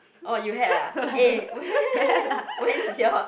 orh you had ah when's your